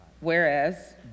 whereas